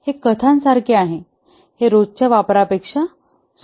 हे कथांसारखे आहे हे रोजच्या वापरापेक्षा सोपे आहेत